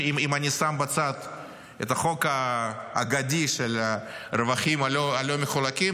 אם אני שם בצד את החוק האגדי של הרווחים הלא-מחולקים,